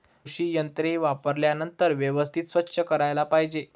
कृषी यंत्रे वापरल्यानंतर व्यवस्थित स्वच्छ करायला पाहिजे